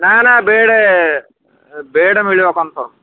ନା ନା bed bed ମିଳିବ କନ୍ଫର୍ମ